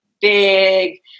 big